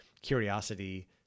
curiosity